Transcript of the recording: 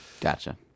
Gotcha